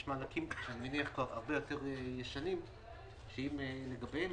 יש מענקים הרבה יותר ישנים שאם לגביהם